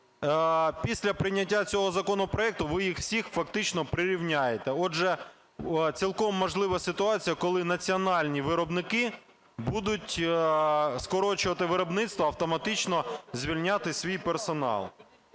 Після прийняття цього законопроекту ви їх всіх фактично прирівняєте, а отже цілком можлива ситуація, коли національні виробники будуть скорочувати виробництво, автоматично звільняти свій персонал.